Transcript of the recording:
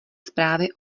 zprávy